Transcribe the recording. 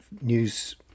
news